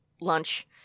lunch